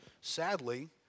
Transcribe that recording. Sadly